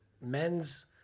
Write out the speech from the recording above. men's